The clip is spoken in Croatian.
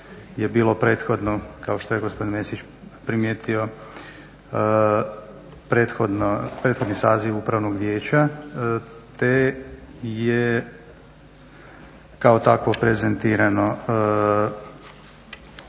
je bilo prethodno, kao što je gospodin Mesić primjetio, prethodni saziv Upravnog vijeća te je kao takvo prezentirano.